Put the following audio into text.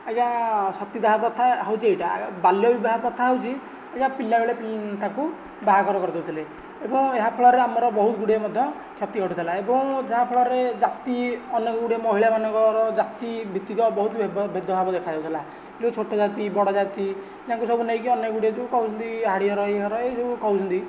ଆଜ୍ଞା ସତୀଦାହ ପ୍ରଥା ହେଉଛି ଏଇଟା ବାଲ୍ୟ ବିବାହ ପ୍ରଥା ହେଉଛି ଆଜ୍ଞା ପିଲାବେଳେ ତାକୁ ବାହାଘର କରିଦେଉଥିଲେ ଏବଂ ଏହା ଫଳରେ ଆମର ବହୁ ଗୁଡ଼ିଏ ମଧ୍ୟ କ୍ଷତି ଘଟୁଥିଲା ଏବଂ ଆଉ ଯାହାଫଳରେ ଜାତି ଅନ୍ୟ ଗୁଡ଼ିଏ ମହିଳା ମାନଙ୍କର ଜାତି ଭିତ୍ତିକ ବହୁତ ଭେଦଭାବ ଦେଖା ଯାଉଥିଲା ଯେଉଁ ଛୋଟଜାତି ବଡ଼ଜାତି ତାଙ୍କୁ ସବୁ ନେଇକି ଅନେକ ଗୁଡ଼ିଏ ଯେଉଁ କହୁଛନ୍ତି ହାଡ଼ିଘର ଏ ଘର ଏହିସବୁ କହୁଛନ୍ତି